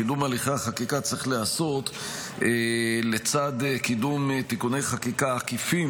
שקידום הליכי החקיקה צריך להיעשות לצד קידום תיקוני חקיקה עקיפים